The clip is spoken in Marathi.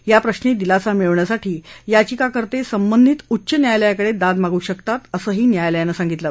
याप्रश्री दिलासा मिळवण्यासाठी याविकाकर्ते संबधित उच्च न्यायालयाकडे दाद मागू शकतात असं न्यायालयानं सांगितलं